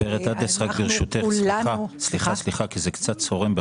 גברת עדס, ברשותך, כי זה קצת צורם.